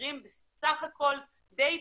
המחירים בסך הכול די פגעו.